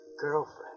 girlfriend